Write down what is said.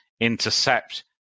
intercept